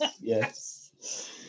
Yes